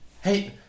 Hey